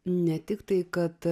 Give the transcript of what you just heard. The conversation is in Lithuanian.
ne tik tai kad